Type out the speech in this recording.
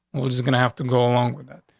was gonna have to go along with it,